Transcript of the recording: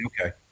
Okay